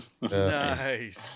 nice